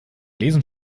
lesen